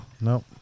Nope